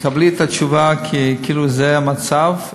תקבלי את התשובה כאילו זה המצב.